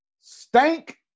stank